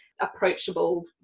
approachable